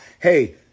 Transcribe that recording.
hey